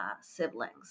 siblings